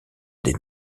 des